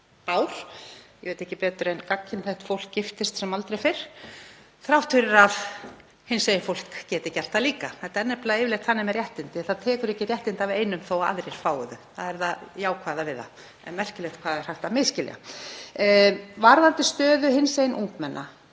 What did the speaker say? spár. Ég veit ekki betur en gagnkynhneigt fólk giftist sem aldrei fyrr þrátt fyrir að hinsegin fólk geti gert það líka. Þetta er nefnilega yfirleitt þannig með réttindi, að það tekur ekki réttindi af einum þó að annar fái þau. Það er það jákvæða við það en merkilegt hvað hægt er að misskilja það. Varðandi stöðu hinsegin ungmenna